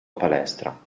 palestra